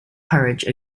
courage